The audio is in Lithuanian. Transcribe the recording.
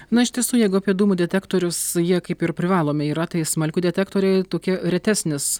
na iš tiesų jeigu apie dūmų detektorius jie kaip ir privalomi yra tai smalkių detektoriai tokie retesnis